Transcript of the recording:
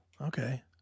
Okay